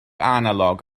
analog